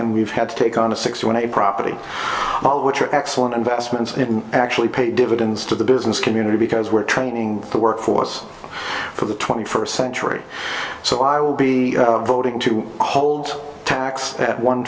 and we've had to take on a sixty one a property which are excellent investments and actually pay dividends to the business community because we're training the workforce for the twenty first century so i will be voting to hold tax at one